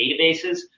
databases